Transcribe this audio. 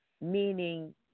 meaning